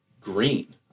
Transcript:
green